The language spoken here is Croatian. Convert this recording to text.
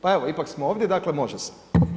Pa evo, ipak smo ovdje, dakle, može se.